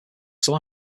some